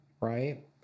right